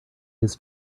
his